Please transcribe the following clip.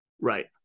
Right